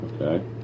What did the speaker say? Okay